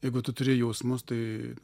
jeigu tu turi jausmus tai